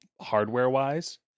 hardware-wise